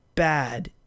Bad